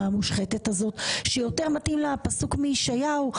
המושחתת הזאת שיותר מתאים לה הפסוק מישעיהו,